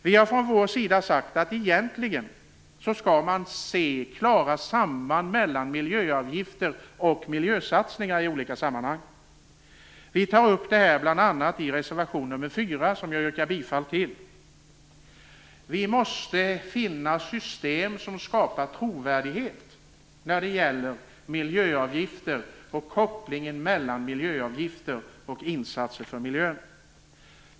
Vi har från vår sida sagt att man egentligen skall kunna se klara samband mellan miljöavgifter och miljösatsningar i olika sammanhang. Vi tar upp det här bl.a. i reservation nr 4, som jag yrkar bifall till. Vi måste finna system som skapar trovärdighet i kopplingen mellan miljöavgifter och insatser för miljön.